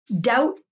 doubt